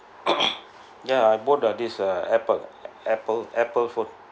ya I bought the this uh Apple Apple Apple phone